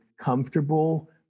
comfortable